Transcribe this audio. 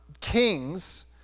kings